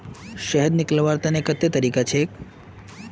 शहद निकलव्वार तने कत्ते तरीका छेक?